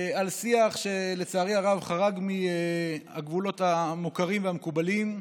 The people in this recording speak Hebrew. על שיח שלצערי הרב חרג מהגבולות המוכרים והמקובלים,